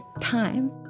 time